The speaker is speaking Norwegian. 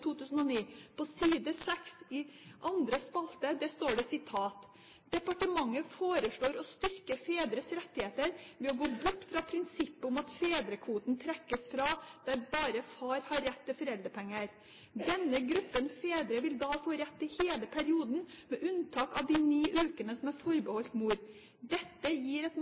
på side 6, andre spalte, står: «Departementet foreslår å styrke fedres rettigheter ved å gå bort fra prinsippet om at fedrekvoten trekkes fra der bare far har rett til foreldrepenger. Denne gruppen fedre vil da få rett i hele perioden med unntak av de ni ukene som er forbeholdt mor. Dette gir et